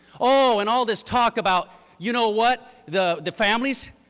oh, and all this talk about, you know what, the the families,